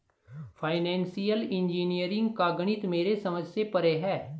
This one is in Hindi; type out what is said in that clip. फाइनेंशियल इंजीनियरिंग का गणित मेरे समझ से परे है